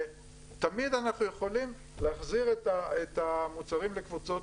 תמיד אנחנו יכולים להחזיר את המוצרים לקבוצות